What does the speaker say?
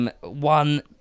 one